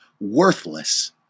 worthless